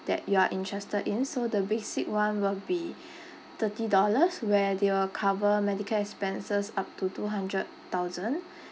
that you are interested in so the basic [one] will be thirty dollars where they will cover medical expenses up to two hundred thousand